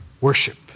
Worship